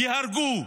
ייהרגו,